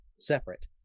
separate